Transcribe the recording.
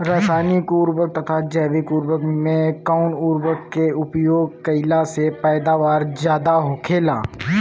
रसायनिक उर्वरक तथा जैविक उर्वरक में कउन उर्वरक के उपयोग कइला से पैदावार ज्यादा होखेला?